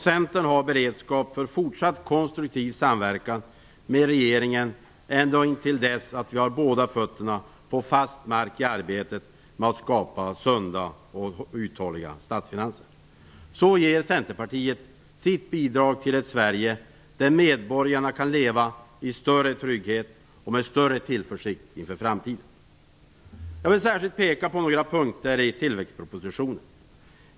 Centern har beredskap för fortsatt konstruktiv samverkan med regeringen ända intill dess att vi har båda fötterna på fast mark i arbetet med att skapa sunda och uthålliga statsfinanser. Så ger Centerpartiet sitt bidrag till ett Sverige där medborgarna kan leva i större trygghet och med större tillförsikt inför framtiden. Jag vill särskilt peka på några punkter i tillväxtpropositionen.